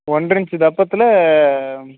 ஒன்றரை இன்ச் தப்பத்தில்